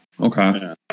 okay